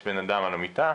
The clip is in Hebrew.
יש בן אדם על המיטה,